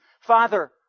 Father